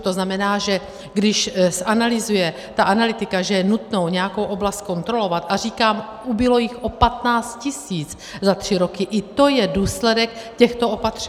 To znamená, že když zanalyzuje ta analytika, že je nutno nějakou oblast zkontrolovat, a říkám, ubylo jich 15 tisíc za tři roky, i to je důsledek těchto opatření.